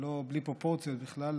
זה בלי פרופורציות בכלל.